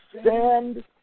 stand